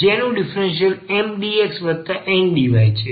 જેનું differential MdxNdy છે